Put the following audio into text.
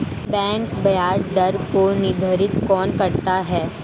Bank ब्याज दर को निर्धारित कौन करता है?